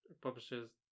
publishes